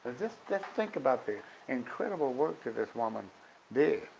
just, just think about the incredible work that this woman did.